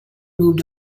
moved